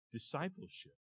Discipleship